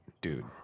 dude